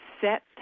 set